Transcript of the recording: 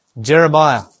Jeremiah